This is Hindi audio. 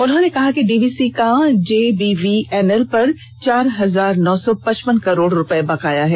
उन्होंने कहा कि डीवीसी का जेबीएनएल पर चार हजार नौ सौ पचपन करोड़ रुपये का बकाया है